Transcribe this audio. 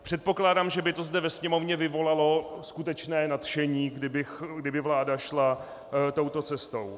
Předpokládám, že by to zde ve Sněmovně vyvolalo skutečné nadšení, kdyby vláda šla touto cestou.